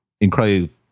incredibly